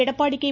Edappadi K